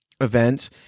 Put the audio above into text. events